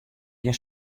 gjin